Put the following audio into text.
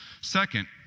Second